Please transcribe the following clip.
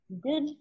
Good